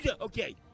Okay